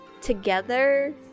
together